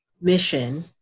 mission